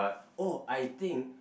uh oh I think